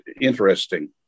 interesting